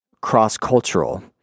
cross-cultural